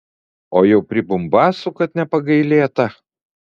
o jau pribumbasų kad nepagailėta